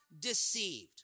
deceived